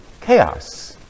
chaos